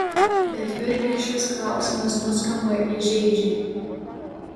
bet virgiui šis klausimas nuskamba įžeidžiai